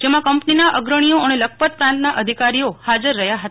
જેમાં કંપનીના અગ્રણીઓ અને લખપત પ્રાંતના અધિકારીશ્રીઓ હાજર રહયા હતા